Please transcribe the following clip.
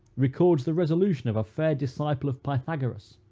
records the resolution of a fair disciple of pythagoras,